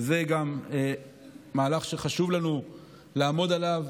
וגם זה מהלך שחשוב לנו לעמוד עליו,